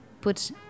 put